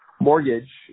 mortgage